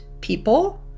people